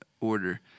order